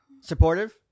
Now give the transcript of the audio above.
Supportive